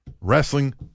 wrestling